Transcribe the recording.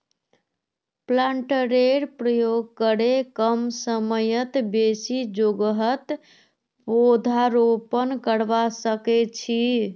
प्लांटरेर प्रयोग करे कम समयत बेसी जोगहत पौधरोपण करवा सख छी